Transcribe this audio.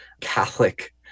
Catholic